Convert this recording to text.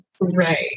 Right